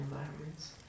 environments